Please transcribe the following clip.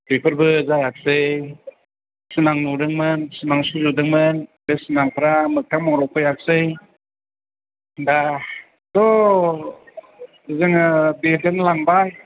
बेफोरबो जायाखसै सिमां नुदोंमोन सिमां सुजुदोंमोन बे सिमांफ्रा मोगथां महराव फैयाखसै दाथ' जोङो देदेनलांबाय